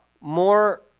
more